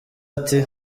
ati